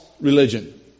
religion